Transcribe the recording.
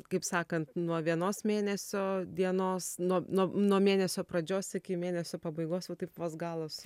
kaip sakant nuo vienos mėnesio dienos nuo nuo nuo mėnesio pradžios iki mėnesio pabaigos va taip vos galas